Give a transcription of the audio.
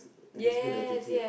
has good attitude